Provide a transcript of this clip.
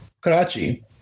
Karachi